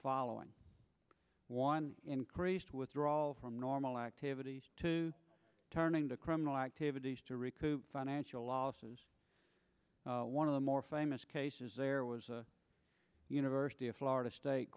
following one increased withdrawal from normal activities to turning to criminal activities to recoup financial losses one of the more famous cases there was a university of florida state